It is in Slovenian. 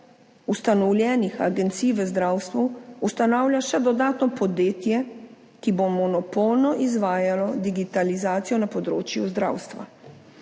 ustanovljenih agencij v zdravstvu ustanavlja še dodatno podjetje, ki bo monopolno izvajalo digitalizacijo na področju zdravstva.